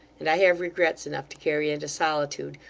and i have regrets enough to carry into solitude,